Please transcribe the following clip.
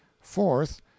Fourth